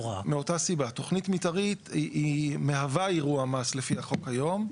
תוכנית מתארית היא מהווה אירוע מס לפי החוק היום.